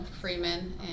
Freeman